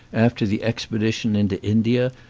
after the expedi tion into india,